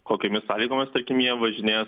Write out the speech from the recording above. kokiomis sąlygomis tarkim jie važinės